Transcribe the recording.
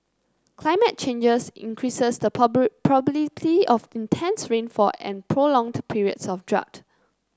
climate changes increases the probability of both intense rainfall and prolonged periods of drought